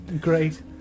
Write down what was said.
Great